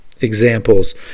Examples